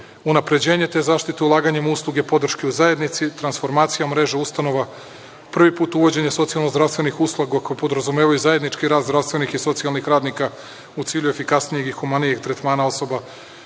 unapređenje te zaštite ulaganjem usluge podrške u zajednici, transformacija mreža ustanova, prvi put uvođenje socijalno zdravstvenih usluga koje podrazumevaju zajednički rast zdravstvenih i socijalnih radnika u cilju efikasnijih i humanijih tretmana osoba